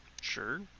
Sure